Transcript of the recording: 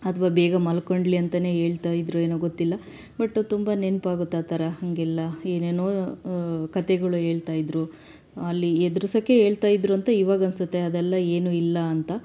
ಅಥವಾ ಬೇಗ ಮಲ್ಕೊಳ್ಲಿ ಅಂತನೇ ಹೇಳ್ತಾ ಇದ್ರೋ ಏನೋ ಗೊತ್ತಿಲ್ಲ ಬಟ್ ಅದು ತುಂಬ ನೆನ್ಪಾಗುತ್ತೆ ಆ ಥರ ಹಾಗೆಲ್ಲ ಏನೇನೋ ಕಥೆಗಳು ಹೇಳ್ತಾ ಇದ್ದರು ಅಲ್ಲಿ ಹೆದ್ರುಸಕ್ಕೆ ಹೇಳ್ತಾ ಇದ್ದರು ಅಂತ ಇವಾಗ ಅನ್ನಿಸುತ್ತೆ ಅದೆಲ್ಲ ಏನೂ ಇಲ್ಲ ಅಂತ